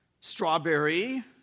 strawberry